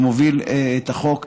שמוביל את החוק: